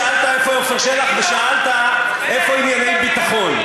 שאלת איפה עפר שלח ושאלת איפה ענייני ביטחון.